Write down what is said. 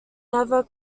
never